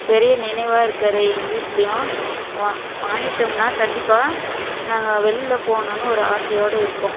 பெரிய நினைவாக இருக்கார் எங்கள் வீட்லேயும் வா வாங்கிட்டோம்னால் கண்டிப்பாக நாங்கள் வெளியில் போகணும்னு ஒரு ஆசையோடு இருக்கோம்